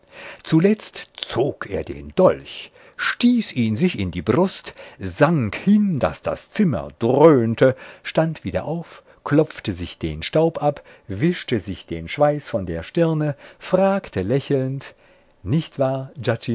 zuletzt zog er den dolch stieß ihn sich in die brust sank hin daß das zimmer dröhnte stand wieder auf klopfte sich den staub ab wischte sich den schweiß von der stirne fragte lächelnd nicht wahr